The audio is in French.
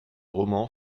roman